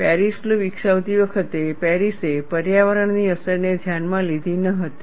Paris law વિકસાવતી વખતે પેરિસે પર્યાવરણ ની અસરને ધ્યાનમાં લીધી ન હતી